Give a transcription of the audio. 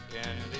candy